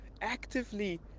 actively